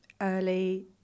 early